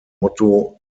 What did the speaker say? motto